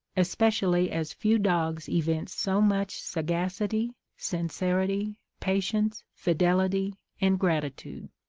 especially as few dogs evince so much sagacity, sincerity, patience, fidelity, and gratitude.